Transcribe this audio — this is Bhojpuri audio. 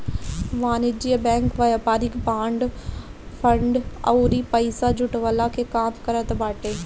वाणिज्यिक बैंक व्यापारिक बांड, फंड अउरी पईसा जुटवला के काम करत बाटे